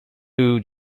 new